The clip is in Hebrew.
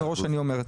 מראש אני אומר.